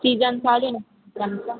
season चालू आहेना आमचा